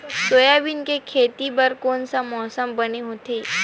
Soybean के खेती बर कोन से मौसम बने होथे?